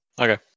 Okay